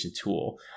tool